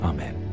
Amen